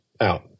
out